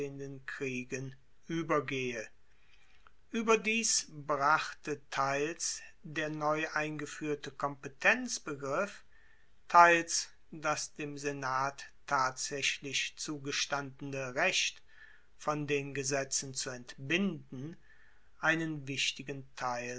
kriegen uebergehe ueberdies brachte teils der neu eingefuehrte kompetenzbegriff teils das dem senat tatsaechlich zugestandene recht von den gesetzen zu entbinden einen wichtigen teil